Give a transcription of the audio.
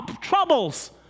troubles